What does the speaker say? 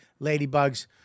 Ladybugs